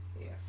Yes